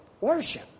worship